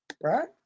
right